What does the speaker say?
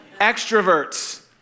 Extroverts